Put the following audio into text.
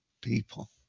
people